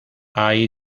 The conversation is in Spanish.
hay